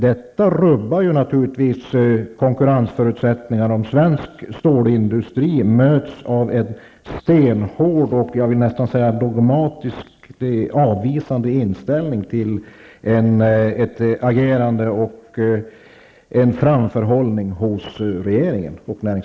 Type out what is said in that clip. Det rubbar naturligtvis konkurrensförutsättningarna, om svensk stålindustri hos regeringen och näringsdepartementet möts av en stenhårt och dogmatiskt avvisande inställning till att agera och till att ha framförhållning.